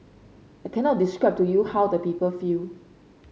I cannot describe to you how the people feel